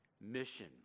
mission